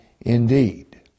indeed